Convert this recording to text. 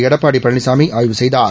எடப்பாடி பழனிசாமி ஆய்வு செய்தார்